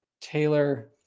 Taylor